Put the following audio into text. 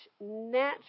natural